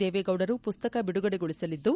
ದೇವೇಗೌಡರು ಮಸ್ತಕ ಬಿಡುಗಡೆಗೊಳಿಸಲಿದ್ದು